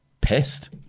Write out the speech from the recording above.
Pissed